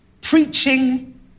preaching